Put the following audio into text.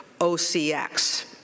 OCX